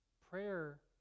Prayer